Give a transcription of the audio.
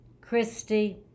Christy